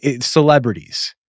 celebrities